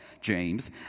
James